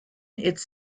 its